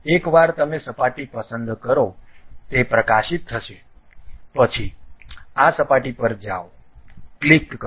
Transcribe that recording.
એકવાર તમે સપાટી પસંદ કરો તે પ્રકાશિત થશે પછી આ સપાટી પર જાઓ ક્લિક કરો